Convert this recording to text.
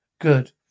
Good